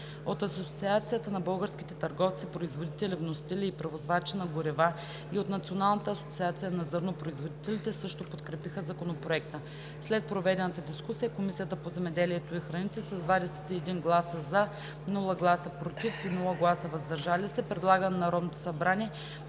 От Асоциацията на българските търговци, производители, вносители и превозвачи на горива и от Националната асоциация на зърнопроизводителите също подкрепиха Законопроекта. След проведената дискусия Комисията по земеделието и храните с 21 гласа „за“, без „против“ и „въздържал се“ предлага на Народното събрание